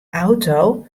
auto